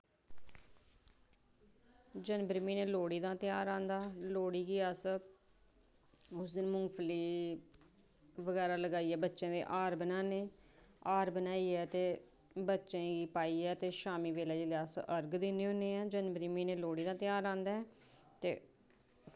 जनवरी म्हीनै लोह्ड़ी दा ध्यार आंदा लोह्ड़ी दी अस उस दिन मुंगफली बगैरा लाइयै बच्चें दे हार बनाने हार बनाइयै ते बच्चें गी पाइयै ते शामीं बेल्लै अर्घ दिन्ने होन्ने आं ते जनवरी म्हीनै लोह्ड़ी दा ध्यार आंदा ऐ ते